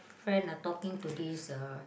friend like talking to this uh